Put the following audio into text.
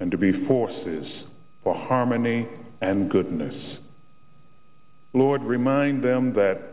and to be forces for harmony and goodness lord remind them that